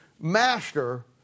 master